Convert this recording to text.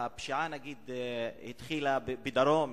הפשיעה התחילה בדרום,